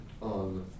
on